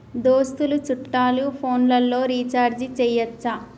దోస్తులు చుట్టాలు ఫోన్లలో రీఛార్జి చేయచ్చా?